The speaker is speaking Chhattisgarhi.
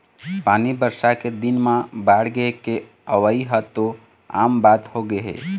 पानी बरसा के दिन म बाड़गे के अवइ ह तो आम बात होगे हे